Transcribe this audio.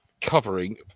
Covering